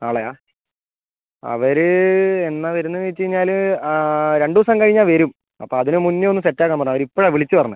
നാളെയാണോ അവർ എന്നാൽ വരുന്നതെന്ന് വെച്ച് കഴിഞ്ഞാൽ രണ്ട് ദിവസം കഴിഞ്ഞാൽ വരും അപ്പം അതിന് മുന്നേ ഒന്ന് സെറ്റ് ആക്കാൻ പറ അവർ ഇപ്പോഴാണ് വിളിച്ച് പറഞ്ഞത്